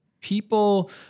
people